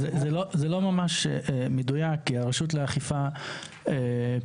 זה לא ממש מדויק כי הרשות לאכיפה פועלת